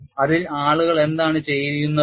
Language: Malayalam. അതിൽ ആളുകൾ എന്താണ് ചെയ്യുന്നതും